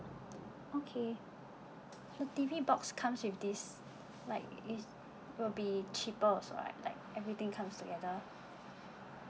okay the T_V box comes with this like it's will be cheaper also right like everything comes together